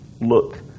look